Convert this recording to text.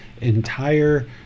entire